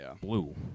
blue